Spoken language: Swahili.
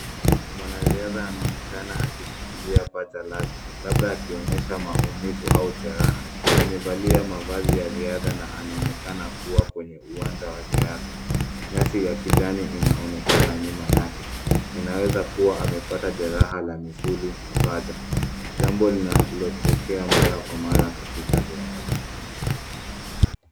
Mwanariadha anaonekana akishikilia paja lake labda akionyesha maumivu au jeraha. Amevalia mavazi ya riadha na anaonekana kuwa kwenye uwanja wa riadha. Nyasi ya kijani inaonekana nyuma yake. Inaweza kuwa amepata jeraha la misuli ya paja, jambo linalotokea mara kwa mara katika riadha.